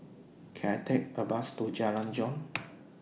Can I Take A Bus to Jalan Jong